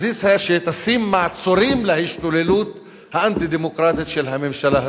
אופוזיציה שתשים מעצורים להשתוללות האנטי-דמוקרטית של הממשלה הזאת.